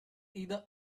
either